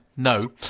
No